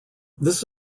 this